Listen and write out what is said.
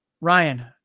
Ryan